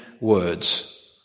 words